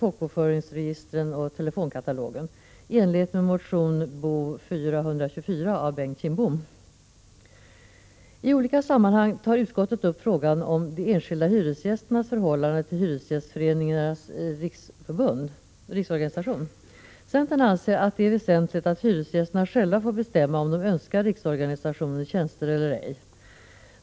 folkbokföringsregistren och telefonkatalogen — i enlighet med motion B0424 av Bengt Kindbom m.fl. I olika sammanhang tar utskottet upp frågan om de enskilda hyresgästernas förhållande till Hyresgästföreningens riksorganisation. Viicentern anser att det är väsentligt att hyresgästerna själva får bestämma om de önskar riksorganisationens tjänster eller ej.